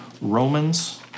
Romans